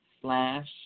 slash